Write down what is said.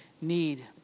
need